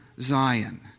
Zion